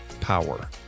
power